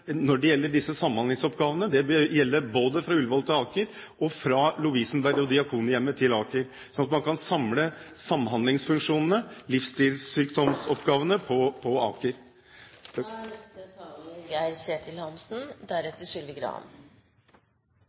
når det gjelder disse samhandlingsoppgavene. Det bør gjelde både fra Ullevål til Aker og fra Lovisenberg og Diakonhjemmet til Aker, slik at man kan samle samhandlingsfunksjonene, livsstilssykdomsoppgavene på Aker.